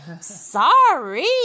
Sorry